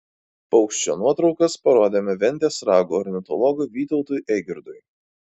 paukščio nuotraukas parodėme ventės rago ornitologui vytautui eigirdui